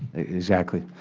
exactly.